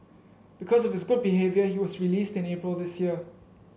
because of his good behaviour he was released in April this year